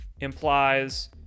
implies